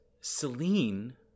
Celine